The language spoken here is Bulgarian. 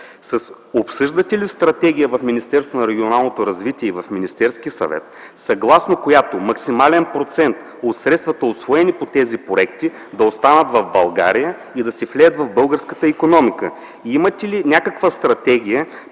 и в Министерския съвет, съгласно която максимален процент от средствата, усвоени по тези проекти, да останат в България и да се влеят в българската икономика? Имате ли някаква стратегия